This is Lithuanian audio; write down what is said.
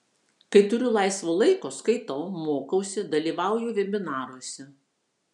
kai turiu laisvo laiko skaitau mokausi dalyvauju vebinaruose